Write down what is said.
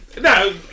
no